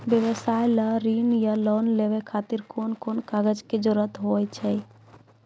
व्यवसाय ला ऋण या लोन लेवे खातिर कौन कौन कागज के जरूरत हाव हाय?